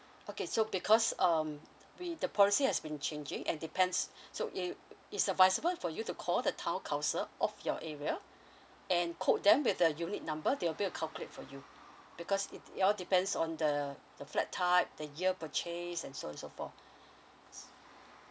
okay so because um we the policy has been changing and depends so it it's advisable for you to call the town council of your area and quote them with the unit number they'll bill a calculate for you because it it all depends on the the flat type the year purchase and so and so forth